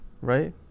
Right